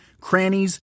crannies